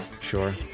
Sure